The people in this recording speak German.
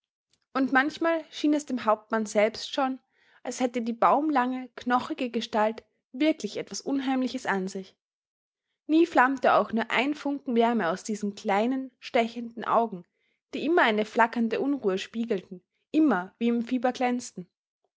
und manchmal schien es dem hauptmann selbst schon als hätte die baumlange knochige gestalt wirklich etwas unheimliches an sich nie flammte auch nur ein funken wärme aus diesen kleinen stechenden augen die immer eine flackernde unruhe spiegelten immer wie im fieber glänzten